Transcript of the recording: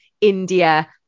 India